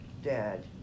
dad